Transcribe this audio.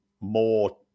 more